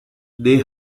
they